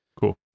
Cool